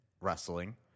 wrestling